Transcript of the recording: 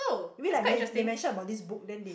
maybe like man they mention about this book then they